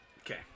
Okay